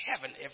Heaven